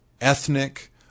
ethnic